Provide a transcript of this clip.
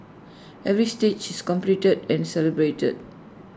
every stages completed and celebrated